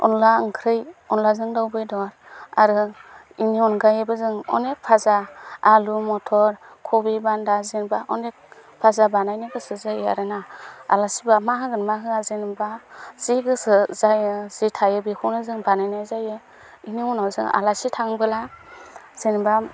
अनला ओंख्रि अनलाजों दाव बेदर आरो बेनि अनगायैबो जों अनेख फाजा आलु मथर खबि बान्दा जेनेबा अनेख फाजा बानायनो गोसो जायो आरो ना आलासि फैबा मा होगोन मा होआ जेनेबा जि गोसो जायो जि थायो जों बेखौनो जों बानायनाय जायो बेनि उनाव जों आलासि थाङोबोला जेनेबा